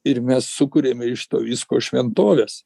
ir mes sukuriame iš to visko šventoves